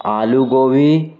آلو گوبھی